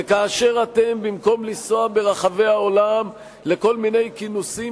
וכאשר במקום לנסוע ברחבי העולם לכל מיני כינוסים